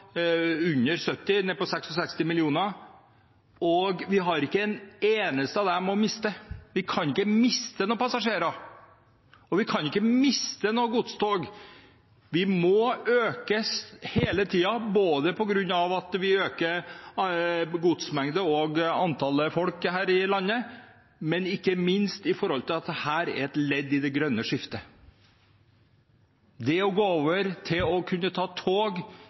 under 70, ned mot 66 millioner! Og vi har ikke en eneste av dem å miste. Vi kan ikke miste noen passasjerer, og vi kan ikke miste noen godstog. Vi må øke hele tiden på grunn av at godsmengde og antall folk øker her i landet, men ikke minst fordi dette er et ledd i det grønne skiftet. Det å gå over til å kunne ta tog